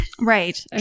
Right